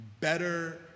better